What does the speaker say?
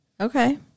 Okay